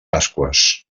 pasqües